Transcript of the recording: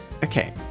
Okay